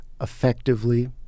effectively